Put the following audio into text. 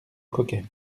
coquet